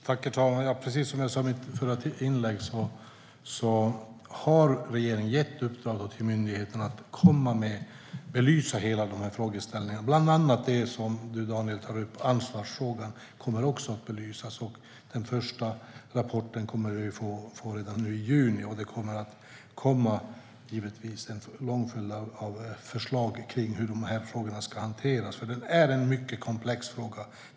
Herr talman! Precis som jag sa i mitt förra inlägg har regeringen gett myndigheterna i uppdrag att belysa hela frågeställningen, bland annat ansvarsfrågan som du tar upp, Daniel Bäckström. Den kommer att belysas. Den första rapporten kommer vi att få redan nu i juni. Det kommer givetvis att komma en lång rad förslag för hur de här frågorna ska hanteras. Det är en mycket komplex fråga.